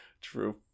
True